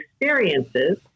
experiences